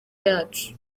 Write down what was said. yacu